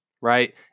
Right